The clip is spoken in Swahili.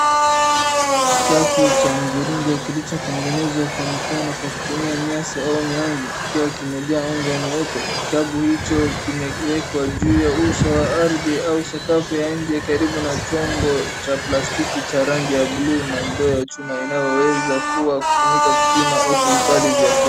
Kikapu cha mviringo kilichotengenezwa kwa mikono kwa kutumia nyasi au mianzi kikiwa kimejaa unga mweupe, kikapu hicho kimewekwa juu ya uso wa ardhi au sakafu ya nje karibu na chombo cha plastiki cha rangi ya blue na ndoo ya chuma inayoweza kuwa kutumika kupima au kuhifadhi vyakula.